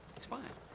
it's fine.